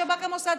המוסד,